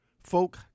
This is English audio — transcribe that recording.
folk